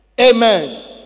Amen